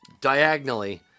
diagonally